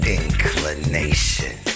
inclination